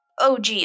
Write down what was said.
OG